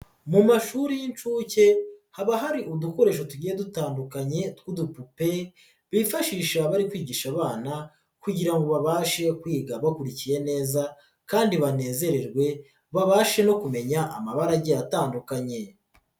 Mu mashuri y'inshuke haba hari udukoresho tugiye dutandukanye tw'udupupe, bifashisha abari kwigisha abana kugira ngo babashe kwiga bakurikiye neza kandi banezererwe babashe no kumenya amabarage agite atandukanye.